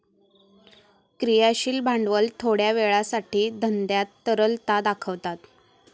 क्रियाशील भांडवल थोड्या वेळासाठी धंद्यात तरलता दाखवता